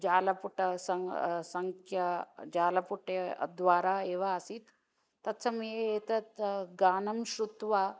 जालपुटसङ्ख्या सं जालपुटद्वारा एव आसीत् तत्समये एतत्गानं श्रुत्वा